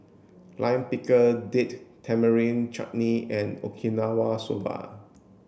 Lime Pickle Date Tamarind Chutney and Okinawa Soba